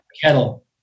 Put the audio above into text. kettle